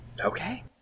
Okay